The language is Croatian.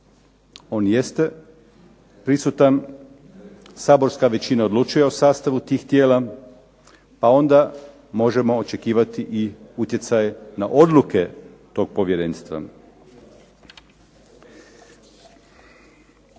On jeste prisutan, saborska većina odlučuje o sastavu tih tijela pa onda možemo očekivati i utjecaj na odluke tog povjerenstva.